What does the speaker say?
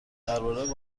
درباره